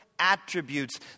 Attributes